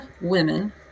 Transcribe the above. women